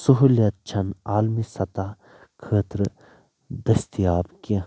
سہوٗلِیت چھنہٕ عالمی سطح خٲطرٕ دٔستِیاب کیٚنہہ